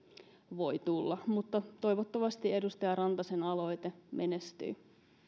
voi tulla mutta toivottavasti edustaja rantasen aloite menestyy